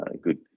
good